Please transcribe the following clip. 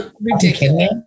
Ridiculous